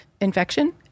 infection